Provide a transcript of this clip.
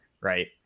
Right